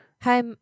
Hi